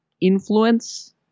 influence